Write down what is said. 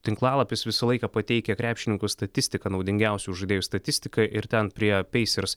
tinklalapis visą laiką pateikia krepšininkų statistiką naudingiausių žaidėjų statistiką ir ten prie peisers